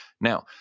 Now